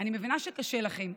אני מבינה שקשה לכם,